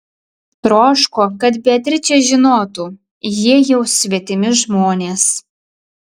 troško kad beatričė žinotų jie jau svetimi žmonės